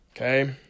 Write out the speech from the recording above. okay